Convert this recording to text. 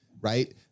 right